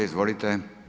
Izvolite.